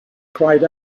cried